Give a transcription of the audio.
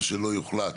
מה שלא יוחלט,